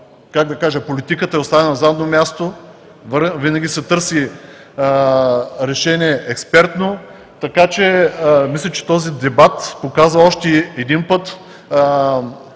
енергетика политиката е оставена на задно място, винаги се търси решение експертно, така че мисля, че този дебат показа още един път